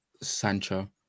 Sancho